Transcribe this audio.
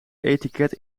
etiket